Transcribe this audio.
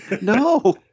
no